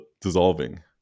dissolving